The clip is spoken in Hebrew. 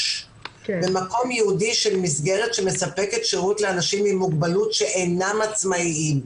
"במקום ייעודי של מסגרת שמספקת שירות לאנשים עם מוגבלות שאינם עצמאיים".